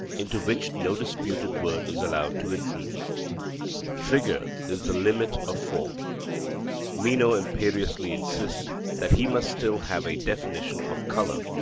into which no disputed word is allowed to intrude figure is the limit of form meno imperiously insists that he must still have a definition of colour.